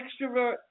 extrovert